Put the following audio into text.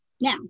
Now